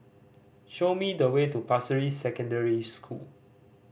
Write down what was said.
show me the way to Pasir Ris Secondary School